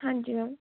ਹਾਂਜੀ ਮੈਮ